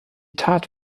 tat